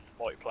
multiplayer